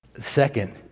Second